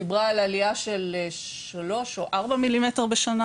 דיברה על עלייה של שלוש או ארבע מילימטר בשנה,